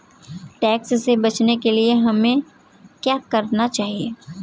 Tax से बचने के लिए हमें क्या करना चाहिए?